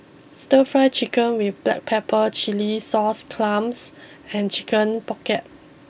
Stir Fry Chicken with Black Pepper Chilli Sauce Clams and Chicken pocket